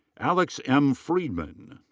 alex m. friedman.